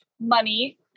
money